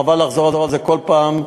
וחבל לחזור על זה כל פעם.